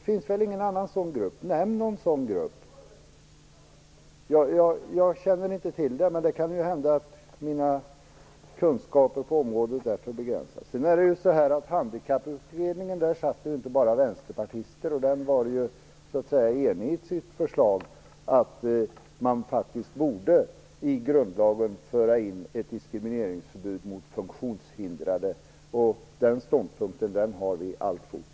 Det finns väl ingen annan sådan grupp. Nämn i så fall en sådan grupp. Jag känner inte till någon, men det kan ju hända att mina kunskaper på området är för begränsade. Sedan satt det inte bara vänsterpartister i Handikapputredningen. Utredningen var ju enig i sitt förslag om att man i grundlagen faktiskt borde föra in ett förbud mot diskriminering av funktionshindrade. Den ståndpunkten har vi alltfort.